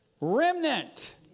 remnant